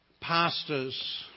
pastors